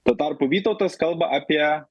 tuo tarpu vytautas kalba apie